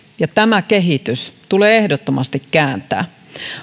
ja tämä kehitys tulee ehdottomasti kääntää